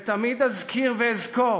ותמיד אזכיר ואזכור